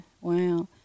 wow